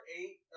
eight